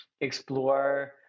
explore